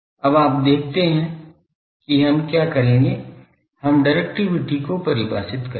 अब आप देखते हैं कि हम क्या करेंगे हम डिरेक्टिविटी को परिभाषित करेंगे